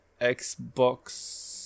Xbox